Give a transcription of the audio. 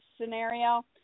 scenario